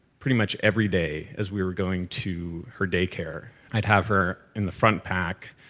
pretty much every day as we were going to her daycare. i'd have her in the front pack,